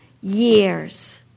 years